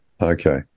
Okay